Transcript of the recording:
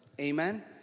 Amen